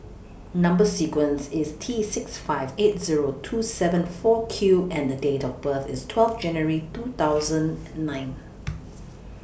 Number sequence IS T six five eight Zero two seven four Q and Date of birth IS twelve January two thousand nine